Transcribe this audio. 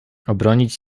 obronić